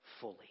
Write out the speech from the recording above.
fully